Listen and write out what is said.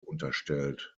unterstellt